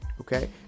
okay